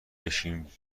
بشین